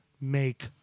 make